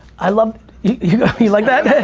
i love you like that?